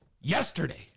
Yesterday